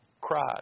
cried